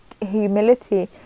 humility